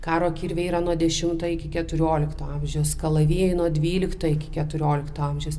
karo kirviai yra nuo dešimto iki keturiolikto amžius kalavijai nuo dvylikto iki keturiolikto amžiaus